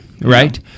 right